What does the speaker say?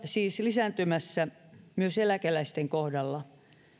siis lisääntymässä myös eläkeläisten kohdalla